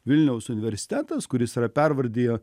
vilniaus universitetas kuris yra pervardija